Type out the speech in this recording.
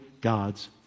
God's